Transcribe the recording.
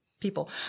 people